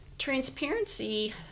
Transparency